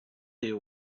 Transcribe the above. you